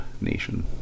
nation